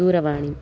दूरवाणीम्